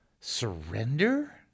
surrender